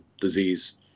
disease